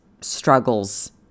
struggles